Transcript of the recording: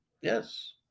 Yes